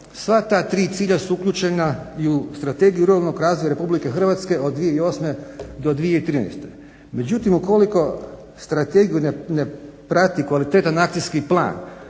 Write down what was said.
Sva ta tri cilja su uključena i u Strategiju ruralnog razvoja Republike Hrvatske od 2008. do 2013. Međutim, ukoliko strategiju ne prati kvalitetan akcijski plan,